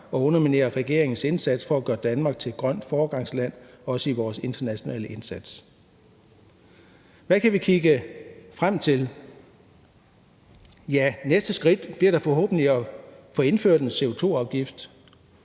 at underminere regeringens indsats for at gøre Danmark til et grønt foregangsland, også i vores internationale indsats. Hvad kan vi kigge frem til? Det næste skridt bliver forhåbentlig at få indført en CO2-afgift.